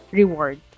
reward